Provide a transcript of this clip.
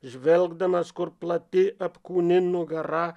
žvelgdamas kur plati apkūni nugara